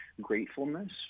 gratefulness